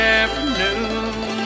afternoon